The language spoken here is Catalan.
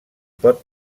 pot